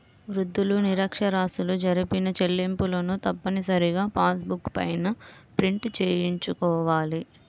వృద్ధులు, నిరక్ష్యరాస్యులు జరిపిన చెల్లింపులను తప్పనిసరిగా పాస్ బుక్ పైన ప్రింట్ చేయించుకోవాలి